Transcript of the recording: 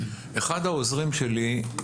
אחד העוזרים שלי,